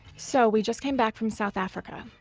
so we just came back from south africa.